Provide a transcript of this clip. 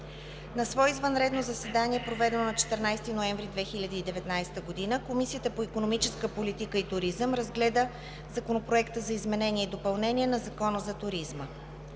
На свое извънредно заседание, проведено на 14 ноември 2019 г., Комисията по икономическа политика и туризъм разгледа Законопроекта за изменение и допълнение на Закона за туризма.